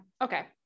okay